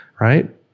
right